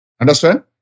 Understand